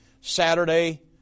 Saturday